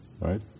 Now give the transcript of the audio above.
right